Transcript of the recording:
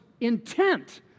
intent